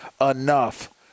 enough